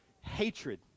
hatred